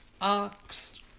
Ox